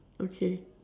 okay